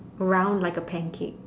round like a pancake